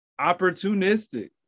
opportunistic